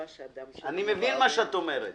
אני מבין את מה שאת אומרת.